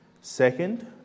Second